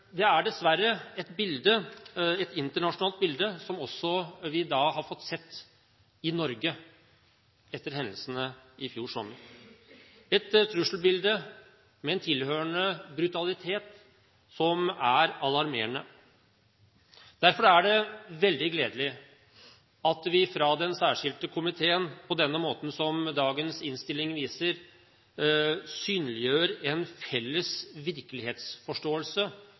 Det er dessverre et internasjonalt bilde som vi også har fått se i Norge, etter hendelsene i fjor sommer – et trusselbilde med en tilhørende brutalitet som er alarmerende. Derfor er det veldig gledelig at vi gjennom Den særskilte komité, på den måten som dagens innstilling viser, synliggjør en felles virkelighetsforståelse,